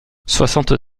soixante